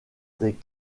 des